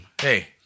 Hey